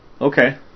okay